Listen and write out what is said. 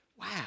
wow